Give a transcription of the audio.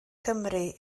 cymru